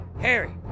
Harry